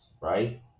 right